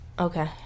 Okay